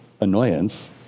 annoyance